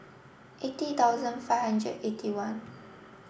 eighty thousand five hundred eighty one